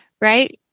right